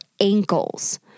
ankles